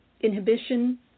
inhibition